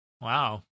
Wow